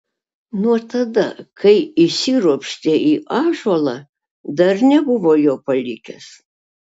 nuo tada kai įsiropštė į ąžuolą dar nebuvo jo palikęs